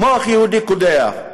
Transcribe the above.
מוח יהודי קודח.